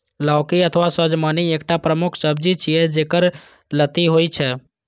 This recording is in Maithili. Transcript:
लौकी अथवा सजमनि एकटा प्रमुख सब्जी छियै, जेकर लत्ती होइ छै